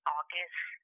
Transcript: August